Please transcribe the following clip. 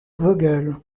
vogel